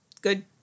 good